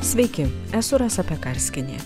sveiki esu rasa pekarskienė